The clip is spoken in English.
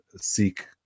seek